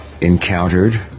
encountered